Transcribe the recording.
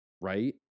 right